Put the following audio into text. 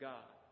God